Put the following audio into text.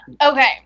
Okay